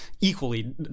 equally